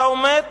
אתה עומד